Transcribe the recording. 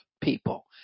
people